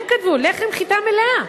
הם כתבו: לחם מחיטה מלאה.